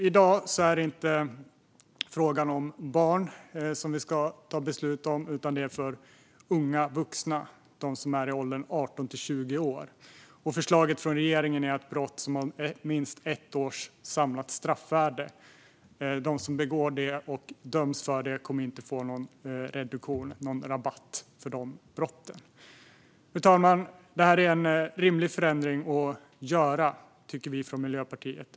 I dag är det inte frågan om barn som det ska ta beslut om, utan det handlar om unga vuxna i åldern 18-20 år. Förslaget från regeringen är att de som begår brott som har minst ett års samlat straffvärde och döms för det inte kommer att få någon reduktion, eller rabatt, för de brotten. Det här är en rimlig förändring att göra, tycker vi från Miljöpartiet.